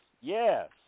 yes